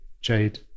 Jade